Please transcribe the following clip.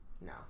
No